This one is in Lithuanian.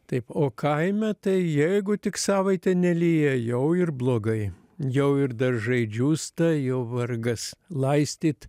taip o kaime tai jeigu tik savaitę nelyja jau ir blogai jau ir daržai džiūsta jau vargas laistyt